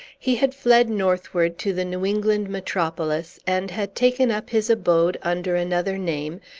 he had fled northward to the new england metropolis, and had taken up his abode, under another name,